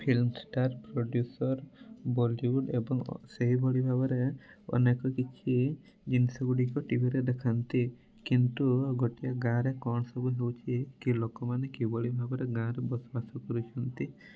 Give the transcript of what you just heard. film star producer Bollywood ଏବଂ ସେହିଭଳି ଭାବରେ ଅନେକ କିଛି ଜିନିଷ ଗୁଡ଼ିକ ଟିଭିରେ ଦେଖାନ୍ତି କିନ୍ତୁ ଗୋଟିଏ ଗାଁ ରେ କ'ଣ ସବୁ ହେଉଛି କି ଲୋକମାନେ କିଭଳି ଭାବରେ ଗାଁରେ ବସବାସ କରୁଛନ୍ତି ତାଙ୍କର